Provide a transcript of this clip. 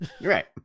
right